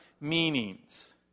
meanings